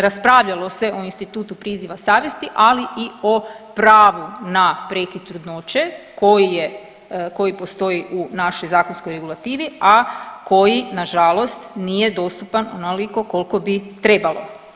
Raspravljalo o institutu priziva savjesti, ali i o pravu na prekid trudnoće koji je, koji postoji u našoj zakonskoj regulativi, a koji nažalost nije dostupan onoliko koliko bi trebalo.